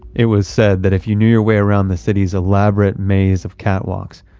it was said that if you knew your way around the city's elaborate maze of catwalks,